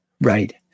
right